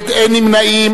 נמנע?